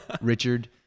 Richard